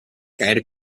caer